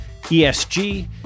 ESG